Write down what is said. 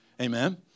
amen